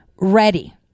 ready